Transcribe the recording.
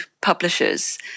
publishers